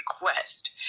request